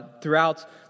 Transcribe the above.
Throughout